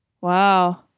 Wow